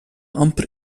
amper